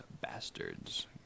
Bastards